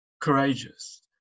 courageous